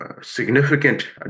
significant